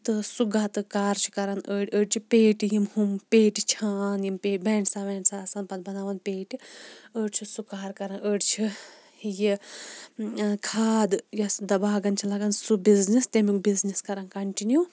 تہٕ سُہ گَتہٕ کار چھِ کَرَان أڈۍ أڈۍ چھِ پیٹہِ یِم ہُم پیٹہِ چھان یِم بیٚیہِ بیٚنٛڈ سا ویٚنٛڈ سا آسان پَتہٕ بَناوان پیٹہِ أڈۍ چھِ سُہ کار کَران أڈۍ چھِ یہِ کھاد یۄس دَ باغَن چھِ لَگان سُہ بِزنِس تمیُک بِزنِس کَران کَنٹِنیوٗ